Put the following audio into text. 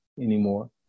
anymore